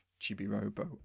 Chibi-Robo